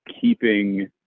keeping